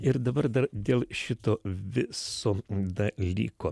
ir dabar dar dėl šito viso dalyko